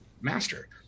master